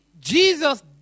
Jesus